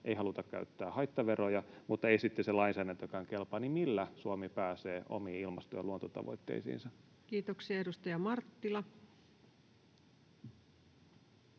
ei haluta käyttää haittaveroja, mutta ei sitten se lainsäädäntökään kelpaa, niin millä Suomi pääsee omiin ilmasto- ja luontotavoitteisiinsa? [Speech 268]